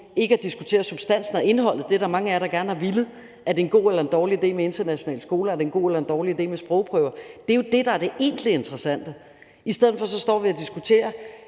ikke diskuterer substansen og indholdet. Det er der mange af jer der gerne har villet. Er det en god eller en dårlig idé med internationale skoler, er det en god eller en dårlig idé med sprogprøver? Det er jo det, der er det egentlig interessante. I stedet for står vi og diskuterer,